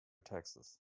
taxes